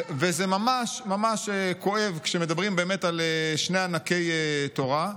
וזה ממש ממש כואב כשמדברים על שני ענקי תורה.